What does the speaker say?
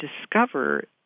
discover